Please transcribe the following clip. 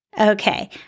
Okay